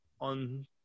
on